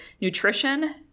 nutrition